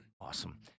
Awesome